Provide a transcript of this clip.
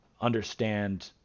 understand